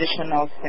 additional